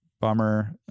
bummer